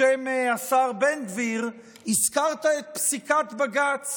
בשם השר בן גביר, הזכרת את פסיקת בג"ץ